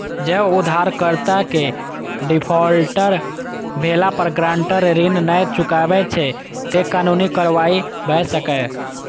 जौं उधारकर्ता के डिफॉल्टर भेला पर गारंटर ऋण नै चुकबै छै, ते कानूनी कार्रवाई भए सकैए